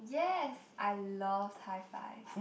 yes I loved Hi Five